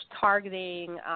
targeting